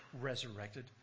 resurrected